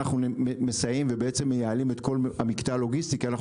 אנחנו מסייעים ובעצם מייעלים את כל המקטע הלוגיסטי כי אנחנו